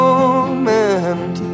Moment